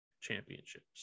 championships